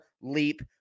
leap